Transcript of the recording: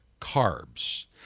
carbs